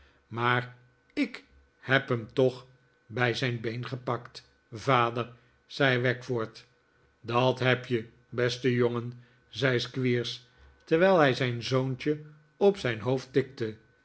maar i k heb hem toch bij zijn been gepakt vader zei wackford dat heb je beste jongen zei squeers terwijl hij zijn zoontje op zijn hoofd tikte